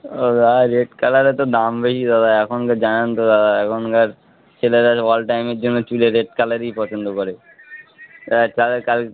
ও দাদা রেড কালারের তো দাম বেশি দাদা এখনকার জানেন তো দাদা এখনকার ছেলেরা সব অল টাইমের জন্য চুলে রেড কালারই পছন্দ করে তাহলে কাল